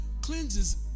Cleanses